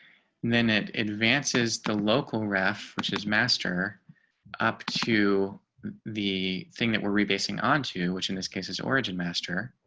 then it advances the local raf which is master up to the thing that we're rebasing onto which in this case is origin master.